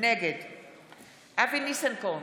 נגד אבי ניסנקורן,